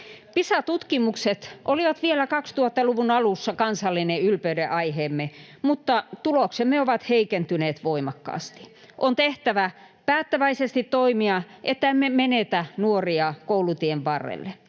Pisa-tutkimukset olivat vielä 2000-luvun alussa kansallinen ylpeydenaiheemme, mutta tuloksemme ovat heikentyneet voimakkaasti. On tehtävä päättäväisesti toimia, että emme menetä nuoria koulutien varrelle.